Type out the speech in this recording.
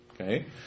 Okay